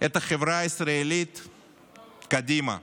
את החברה הישראלית קדימה.